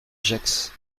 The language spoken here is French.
gex